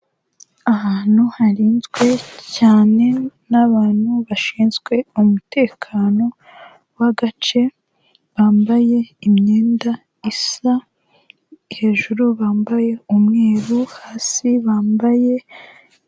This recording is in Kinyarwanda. Ahantu harinzwe cyane n'abantu bashinzwe umutekano w'agace, bambaye imyenda isa, hejuru bambaye umweru, hasi bambaye...